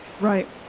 Right